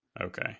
Okay